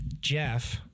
Jeff